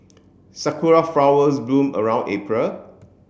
Sakura flowers bloom around April